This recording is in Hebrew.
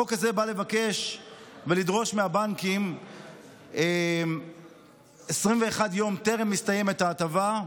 החוק הזה בא לבקש ולדרוש מהבנקים ש-21 יום בטרם מסתיימת ההטבה,